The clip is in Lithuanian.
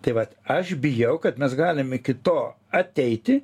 tai vat aš bijau kad mes galim iki to ateiti